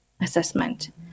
assessment